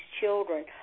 children